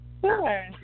Sure